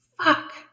Fuck